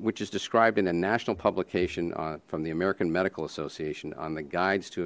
which is described in a national publication from the american medical association on the guides to